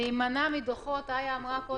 להימנע מדוחות.